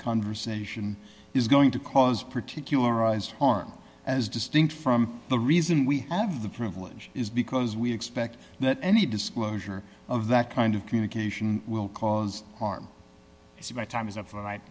conversation is going to cause particularized harm as distinct from the reason we have the privilege is because we expect that any disclosure of that kind of communication will cause harm it's about time is of the right